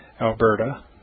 Alberta